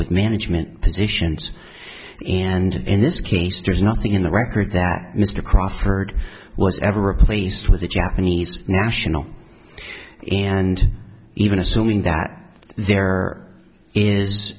with management positions and in this case there's nothing in the record that mr crawford was ever replaced with a japanese national and even assuming that there is